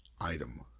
item